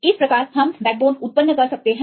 इस प्रकार हम बैकबोन उत्पन्न कर सकते हैं